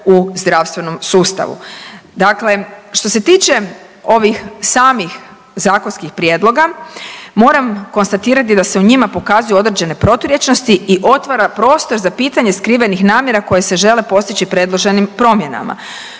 u zdravstvenom sustavu. Dakle, što se tiče ovih samih zakonskih prijedloga moram konstatirati da se u njima pokazuju određene proturječnosti i otvara prostor za pitanje skrivenih namjera koje se žele postići predloženim promjenama.